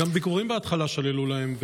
גם ביקורים בהתחלה שללו להם,